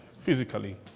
Physically